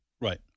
Right